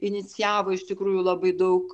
inicijavo iš tikrųjų labai daug